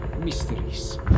Mysteries